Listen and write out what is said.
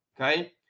Okay